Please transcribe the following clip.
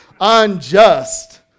Unjust